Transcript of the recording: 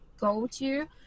go-to